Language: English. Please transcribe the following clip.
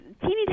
teeny